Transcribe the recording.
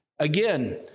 Again